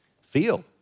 feel